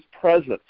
presence